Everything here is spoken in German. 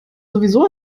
sowieso